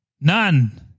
None